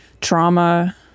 trauma